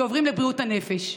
שעוברים לבריאות הנפש.